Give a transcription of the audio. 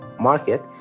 market